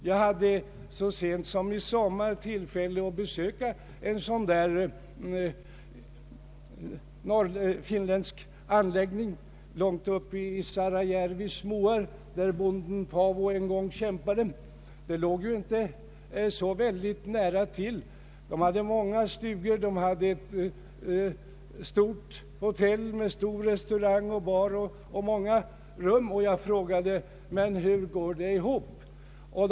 Jag hade så sent som i somras tillfälle att besöka en finländsk anläggning långt uppe i Saarijärvis moar där bonden Paavo en gång kämpade. Den låg inte särskilt nära till. Där fanns ett stort hotell med restaurang, bar och många rum och dessutom många stugor. Jag frågade hur det kunde gå ihop.